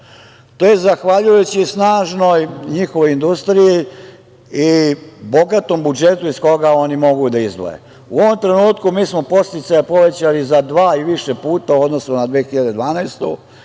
To je zahvaljujući snažnoj njihovoj industriji i bogatom budžetu iz koga oni mogu da izdvoje.U ovom trenutku mi smo podsticaja povećali za dva i više puta u odnosu na 2012.